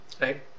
Right